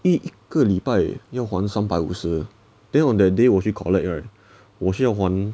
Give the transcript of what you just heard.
一个礼拜要还三百五十 then on that day 我去 collect right 我需要还